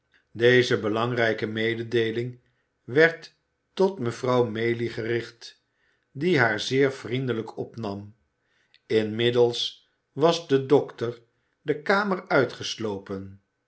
deze belangrijke mededeeling werd tot mevrouw maylie gericht die haar zeer vriendelijk opnam inmiddels was de dokter de kamer uitgeslopen